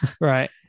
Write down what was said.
Right